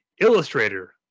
illustrator